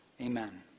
Amen